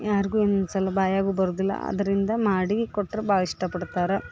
ಯಾರಿಗೂ ಅನ್ಸಲ ಬಾಯಿಗೂ ಬರುದಿಲ್ಲ ಆದ್ದರಿಂದ ಮಾಡಿ ಕೊಟ್ರ ಭಾಳ ಇಷ್ಟಪಡ್ತಾರೆ